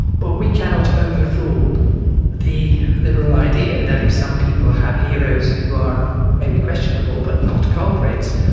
but we cannot overrule the liberal idea that if some people have heroes who are maybe questionable but not culprits,